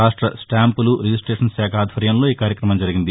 రాష్ట్ర స్టాంపులు రిజిస్టేషన్ శాఖ ఆధ్వర్యంలో ఈ కార్యక్రమం జరిగింది